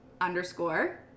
underscore